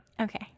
okay